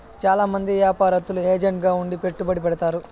చాలా మంది యాపారత్తులు ఏజెంట్ గా ఉండి పెట్టుబడి పెడతారు